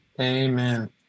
Amen